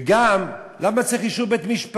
וגם, למה צריך אישור בית-משפט?